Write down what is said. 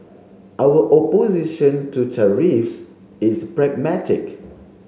our opposition to tariffs is pragmatic